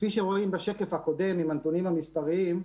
כפי שרואים בשקף הקודם עם הנתונים המספריים,